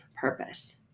purpose